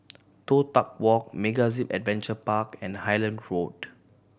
Toh Tuck Walk MegaZip Adventure Park and Highland Road